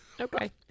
Okay